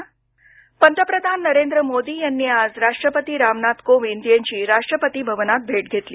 पंतप्रधान राष्ट्रपती पंतप्रधान नरेंद्र मोदी यांनी आज राष्ट्रपती रामनाथ कोविंद यांची राष्ट्रपती भवनात भेट घेतली